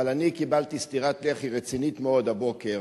אבל אני קיבלתי סטירת לחי רצינית מאוד הבוקר,